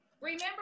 Remember